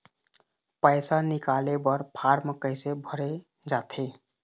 पैसा निकाले बर फार्म कैसे भरे जाथे?